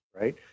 right